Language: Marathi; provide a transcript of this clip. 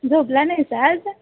झोपला नाहीस आज